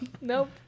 Nope